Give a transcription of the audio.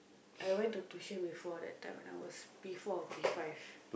I went to tuition before that time when I was P-four or P-five